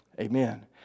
Amen